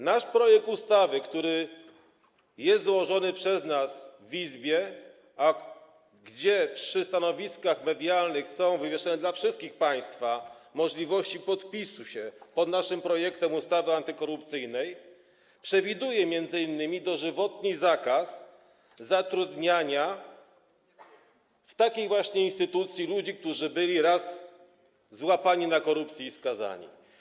Nasz projekt ustawy, który jest złożony przez nas w Izbie - przy stanowiskach medialnych wszyscy państwo mają możliwość podpisania się pod naszym projektem ustawy antykorupcyjnej - przewiduje m.in. dożywotni zakaz zatrudniania w takiej właśnie instytucji ludzi, którzy byli raz złapani na korupcji i skazani.